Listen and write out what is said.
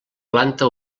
planta